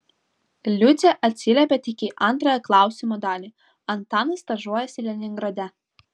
liucė atsiliepė tik į antrąją klausimo dalį antanas stažuojasi leningrade